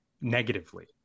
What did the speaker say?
negatively